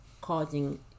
causing